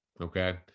Okay